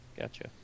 Gotcha